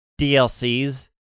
DLCs